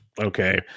okay